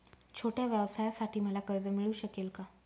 छोट्या व्यवसायासाठी मला कर्ज मिळू शकेल का?